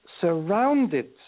surrounded